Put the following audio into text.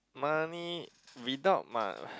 money without mo~